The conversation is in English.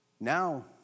Now